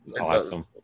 awesome